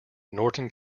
norton